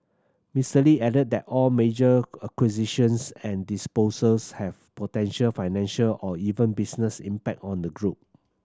Mister Lee added that all major acquisitions and disposals have potential financial or even business impact on the group